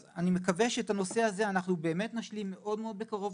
אני מקווה שאת הנושא הזה באמת נשלים מאוד מאוד בקרוב.